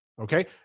Okay